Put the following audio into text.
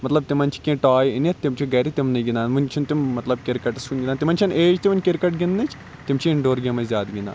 مَطلَب تِمَن چھِ کینٛہہ ٹاے أنِتھ تِم چھِ گَرِ تِمنٕے گِنٛدان وٕنہِ چھِنہٕ تِم مَطلَب کِرکَٹَس وٕنہ گِنٛدان تِمَن چھَ نہٕ ایج تہٕ وٕنہ کِرکَٹ گِنٛدنٕچ تِم چھِ اِنڈور گیمے زیاد گِنٛدان